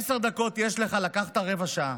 עשר דקות יש לך, לקחת רבע שעה,